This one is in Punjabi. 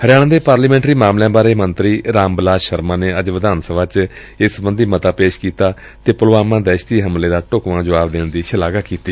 ਹਰਿਆਣਾ ਦੇ ਪਾਰਲੀਮੈਂਟਰੀ ਮਾਮਲਿਆਂ ਬਾਰੇ ਮੰਤਰੀ ਰਾਮ ਬਿਲਾਸ ਸ਼ਰਮਾ ਨੇ ਅੱਜ ਵਿਧਾਨ ਸਭਾ ਚ ਇਸ ਸਬੰਧੀ ਮਤਾ ਪੇਸ਼ ਕੀਤਾ ਅਤੇ ਪੁਲਵਾਮਾ ਦਹਿਸ਼ਤੀ ਹਮਲੇ ਦਾ ਢੁਕਵਾਂ ਜੁਆਬ ਦੇਣ ਦੀ ਸ਼ਲਾਘਾ ਕੀਤੀ